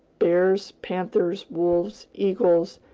bears, panthers, wolves, eagles,